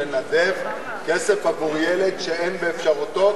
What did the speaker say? לנדב כסף עבור ילד שאין באפשרותו,